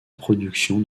production